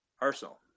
Arsenal